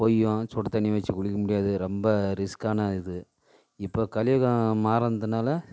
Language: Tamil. போயும் சுடுதண்ணி வச்சு குளிக்க முடியாது ரொம்ப ரிஸ்க்கான இது இப்போ கலியுகம் மாறினதுனால